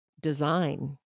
design